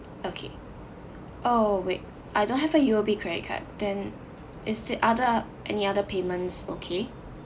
okay oh wait I don't have a U_O_B credit card then is the other any other payments okay